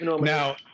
Now